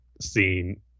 scene